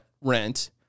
rent